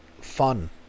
fun